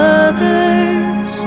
others